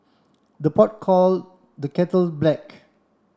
the pot call the kettle black